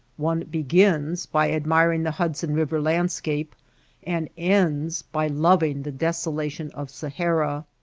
one be gins by admiring the hudson-kiver landscape and ends by loving the desolation of sahara.